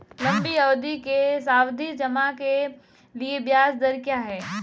लंबी अवधि के सावधि जमा के लिए ब्याज दर क्या है?